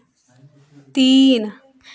तीन